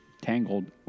Tangled